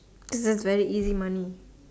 is a very easy money